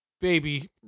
Baby